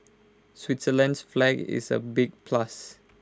Switzerland's flag is A big plus